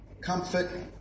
comfort